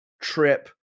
trip